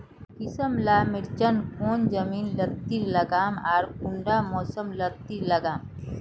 किसम ला मिर्चन कौन जमीन लात्तिर लगाम आर कुंटा मौसम लात्तिर लगाम?